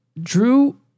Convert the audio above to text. drew